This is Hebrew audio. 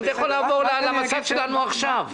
אם אתה יכול לעבור למצב שלנו עכשיו.